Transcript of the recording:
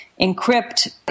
encrypt